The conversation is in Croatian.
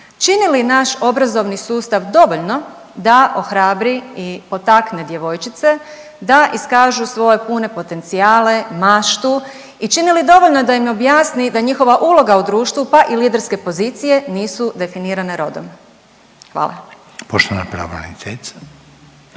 čini naš obrazovni sustav dovoljno da ohrabri i potakne djevojčice da iskažu svoje pune potencijale, maštu i čini li dovoljno da im objasni da njihova uloga u društvu pa i liderske pozicije nisu definirane rodom. Hvala. **Reiner,